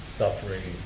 suffering